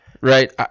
right